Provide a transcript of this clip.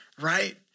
Right